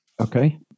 Okay